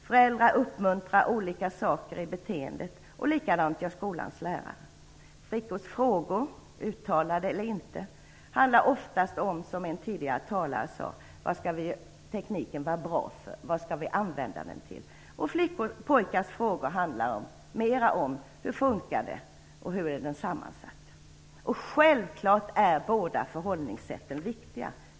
Föräldrar uppmuntrar olika beteenden, och likadant gör skolans lärare. Flickors frågor, uttalade eller inte, handlar oftast, som en talare sade tidigare, om vad tekniken skall vara bra för: vad skall vi använda den till? Pojkars frågor handlar mer om hur det funkar: hur är det sammansatt? Självklart är båda förhållningssätten viktiga.